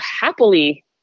happily